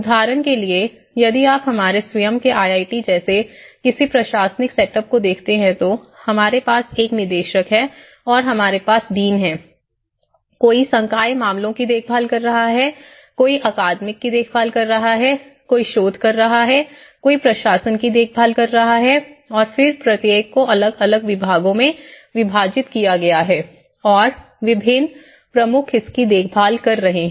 उदाहरण के लिए यदि आप हमारे स्वयं के आई आई टी जैसे किसी प्रशासनिक सेटअप को देखते हैं तो हमारे पास एक निदेशक है और हमारे पास डीन हैं कोई संकाय मामलों की देखभाल कर रहा है कोई अकादमिक की देखभाल कर रहा है कोई शोध कर रहा है कोई प्रशासन की देखभाल कर रहा है और फिर प्रत्येक को अलग अलग विभागों में विभाजित किया गया है और विभिन्न प्रमुख इसकी देखभाल कर रहे हैं